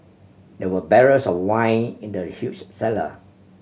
there were barrels of wine in the huge cellar